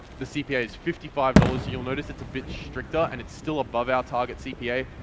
the cpa is fifty five dollars, you'll notice it's a bit stricter and it's still above our target cpa,